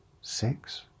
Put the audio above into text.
six